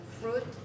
fruit